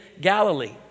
Galilee